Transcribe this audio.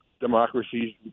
democracies